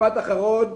משפט אחרון.